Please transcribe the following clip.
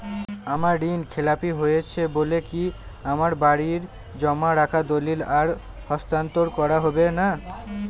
আমার ঋণ খেলাপি হয়েছে বলে কি আমার বাড়ির জমা রাখা দলিল আর হস্তান্তর করা হবে না?